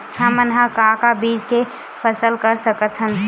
हमन ह का का बीज के फसल कर सकत हन?